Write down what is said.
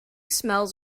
smells